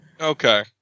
Okay